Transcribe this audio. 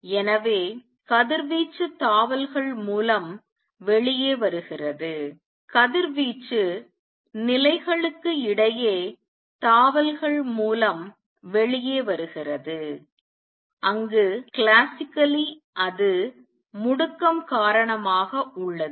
எனவே கதிர்வீச்சு தாவல்கள் மூலம் வெளியே வருகிறது கதிர்வீச்சு நிலைகளுக்கு இடையே தாவல்கள் மூலம் வெளியே வருகிறது அங்கு கிளாசிக்கலி அது முடுக்கம் காரணமாக உள்ளது